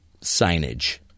signage